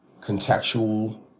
contextual